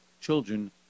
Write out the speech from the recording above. children